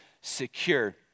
secure